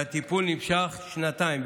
הטיפול נמשך שנתיים,